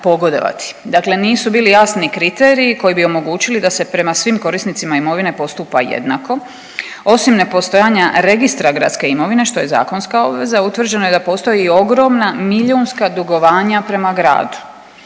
Dakle, nisu bili jasni kriteriji koji bi omogućili da se pram svim korisnicima imovine postupa jednako. Osim nepostojanja registra gradske imovine što je zakonska obveza utvrđeno je da postoji i ogromna milijunska dugovanja prema gradu.